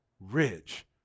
rich